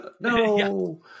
No